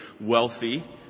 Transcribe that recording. wealthy